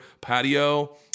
patio